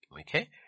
Okay